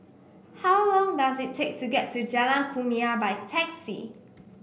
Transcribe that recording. how long does it take to get to Jalan Kumia by taxi